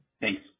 Thanks